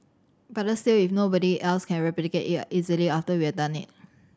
better still if nobody else can replicate it easily after we have done it